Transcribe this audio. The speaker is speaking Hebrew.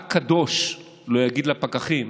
רק קדוש לא יגיד לפקחים